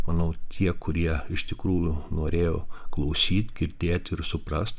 manau tie kurie iš tikrųjų norėjo klausyt girdėt ir suprast